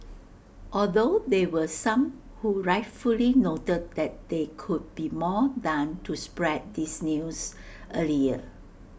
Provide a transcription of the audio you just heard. although there were some who rightfully noted that there could be more done to spread this news earlier